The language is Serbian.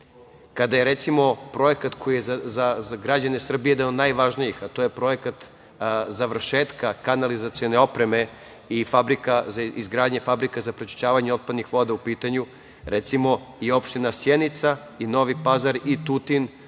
kada je u pitanju projekat koji je za građane Srbije jedan od najvažnijih, a to je projekat završetka kanalizacione opreme i izgradnja fabrike za prečišćavanje optadnih voda u pitanju, recimo, i opština Sjenica, Novi Pazar i Tutin